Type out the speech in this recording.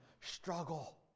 Struggle